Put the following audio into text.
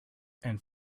and